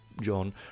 john